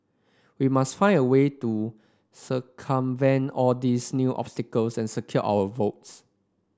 we must find a way to circumvent all these new obstacles and secure our votes